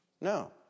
No